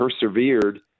persevered